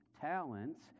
talents